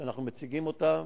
שאנחנו מציגים אותם,